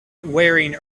wearing